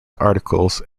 articles